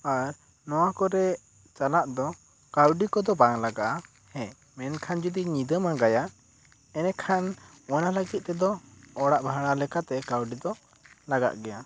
ᱟᱨ ᱱᱚᱣᱟ ᱠᱚᱨᱮ ᱪᱟᱞᱟᱜ ᱫᱚ ᱠᱟᱹᱣᱰᱤ ᱠᱚ ᱫᱚ ᱵᱟᱝ ᱞᱟᱜᱟᱜᱼᱟ ᱦᱮᱸ ᱢᱮᱱᱠᱷᱟᱱ ᱡᱩᱫᱤ ᱧᱤᱫᱟᱹᱢ ᱟᱸᱜᱟᱭᱟ ᱮᱱᱮᱠᱷᱟᱱ ᱚᱱᱟ ᱞᱟᱹᱜᱤᱫ ᱛᱮᱫᱚ ᱚᱲᱟᱜ ᱵᱷᱟᱲᱟ ᱞᱮᱠᱟᱛᱮ ᱠᱟᱹᱣᱰᱤ ᱫᱚ ᱞᱟᱜᱟᱜ ᱜᱮᱭᱟ